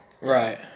right